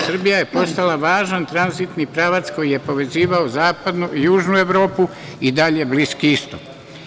Srbija je postala važan tranzitni pravac koji je povezivao Zapadnu i Južnu Evropu i dalje Bliski istok.